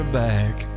back